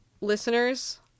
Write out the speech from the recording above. Listeners